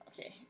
Okay